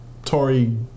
Tory